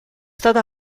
stata